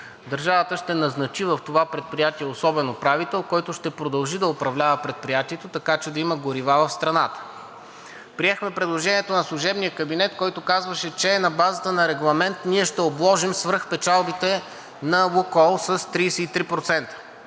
държавата ще назначи в това предприятие особен управител, който ще продължи да управлява предприятието така, че да има горива в страната. Приехме предложението на служебния кабинет, който казваше, че на базата на регламент ние ще обложим свръхпечалбите на „Лукойл“ с 33%,